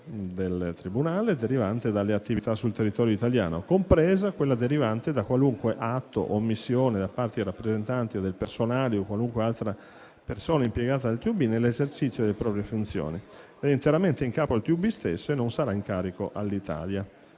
del Tribunale derivante dalle attività sul territorio italiano, compresa quella derivante da qualunque atto o omissione da parte di rappresentanti, del personale e di qualsiasi altra persona impiegata dal TUB nell'esercizio delle proprie funzioni che è interamente in capo al TUB stesso e non sarà in carico all'Italia;